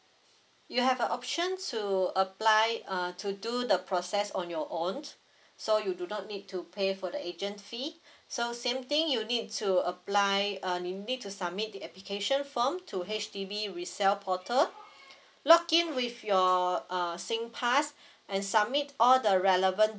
you have a option to apply uh to do the process on your own so you do not need to pay for the agent fee so same thing you need to apply uh you need to submit the application form to H_D_B resell portal login with your err sing pass and submit all the relevant